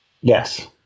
Yes